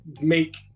make